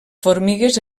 formigues